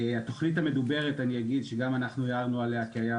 לגבי התוכנית המדוברת אגיד שגם אנחנו הערנו עליה כי היו